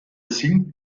singt